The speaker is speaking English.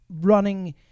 running